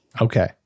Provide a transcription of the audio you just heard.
Okay